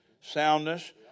soundness